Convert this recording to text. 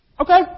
Okay